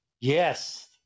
yes